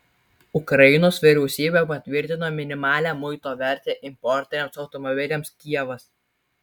ukrainos vyriausybė patvirtino minimalią muito vertę importiniams automobiliams kijevas